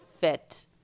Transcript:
fit